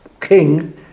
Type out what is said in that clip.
king